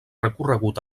recorregut